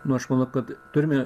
nu aš manau kad turime